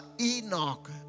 Enoch